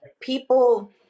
people